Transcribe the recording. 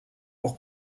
pour